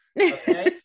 okay